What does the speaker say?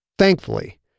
Thankfully